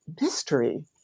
mystery